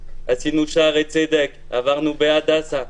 בשערי צדק עברנו להדסה.